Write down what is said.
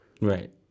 Right